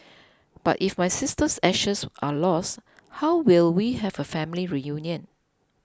but if my sister's ashes are lost how will we have a family reunion